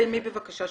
סיימי בבקשה,